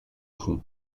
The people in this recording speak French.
fond